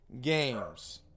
games